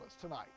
tonight